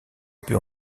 peu